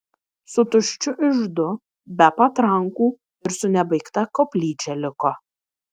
su tuščiu iždu be patrankų ir su nebaigta koplyčia liko